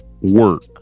work